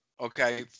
Okay